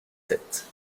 sept